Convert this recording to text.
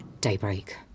Daybreak